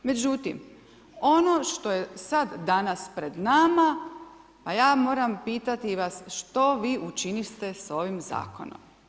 Međutim, ono što je sad, danas pred nama a ja moram pitati vas što vi učiniste s ovim zakonom.